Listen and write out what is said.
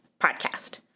podcast